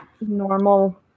normal